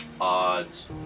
Odds